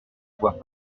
voit